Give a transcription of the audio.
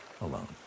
alone